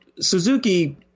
Suzuki